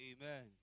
Amen